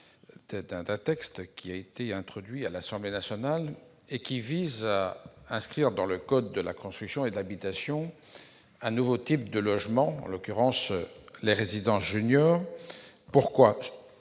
Cet amendement, qui a déjà été présenté à l'Assemblée nationale, vise à inscrire dans le code de la construction et de l'habitation un nouveau type de logement, en l'occurrence les résidences juniors. En